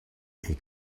est